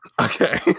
okay